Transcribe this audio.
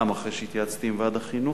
גם אחרי שהתייעצתי עם ועד החינוך,